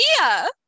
idea